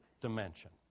dimension